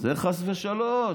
זה חס ושלוש.